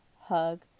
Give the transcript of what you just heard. hug